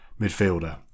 midfielder